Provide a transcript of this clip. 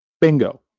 Bingo